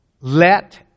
Let